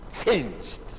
changed